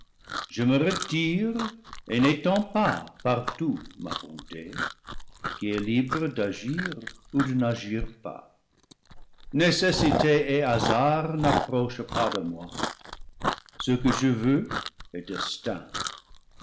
je me retire et n'étends pas partout ma bonté qui est libre d'agir ou de n'agir pas nécessité et hasard n'approchent pas de moi ce que je veux est destin